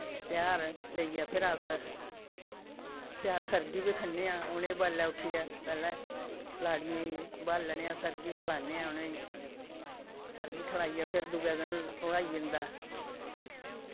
तेहार लेइयै फिर अस फ्ही अस सर्गी बी खन्ने आं उ'नें बडलै उठियै पैह्ले लाड़ियें गी ब्हालने आं सर्गी खलाने आं उ'नें गी सर्गी खलाइयै फिर दुए दिन ओह् आई जंदा